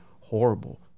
horrible